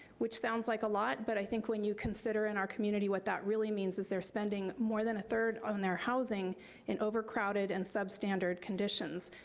which sounds like a lot, but i think when you consider in our community, what that really means is they're spending more than a third on their housing in overcrowded and substandard conditions,